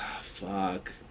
Fuck